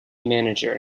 manager